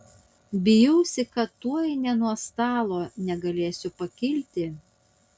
bijausi kad tuoj nė nuo stalo negalėsiu pakilti